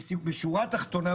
בשורה התחתונה,